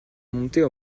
monter